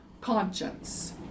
conscience